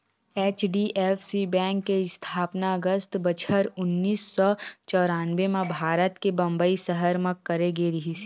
HDFC bank के इस्थापना अगस्त बछर उन्नीस सौ चौरनबें म भारत के बंबई सहर म करे गे रिहिस हे